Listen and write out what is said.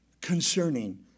concerning